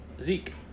Zeke